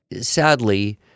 sadly